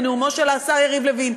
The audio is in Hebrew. על נאומו של השר יריב לוין.